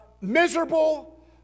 miserable